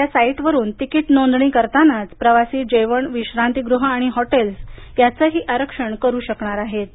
आता या साईटवरून तिकीट नोंदणी करतानाच प्रवासी जेवण विश्रांतीगृह आणि हॉटेल्स याचंही आरक्षण करू शकणार आहेत